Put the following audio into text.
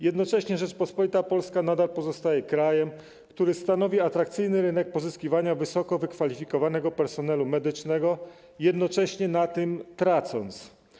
Jednocześnie Rzeczpospolita Polska nadal pozostaje krajem, który stanowi atrakcyjny rynek pozyskiwania wysoko wykwalifikowanego personelu medycznego, jednocześnie na tym tracąc.